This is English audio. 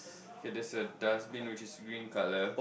it is a dustbin which is green colour